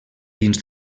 dins